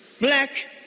black